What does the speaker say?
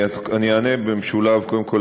אז אני אענה במשולב: קודם כול,